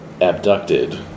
abducted